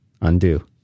undo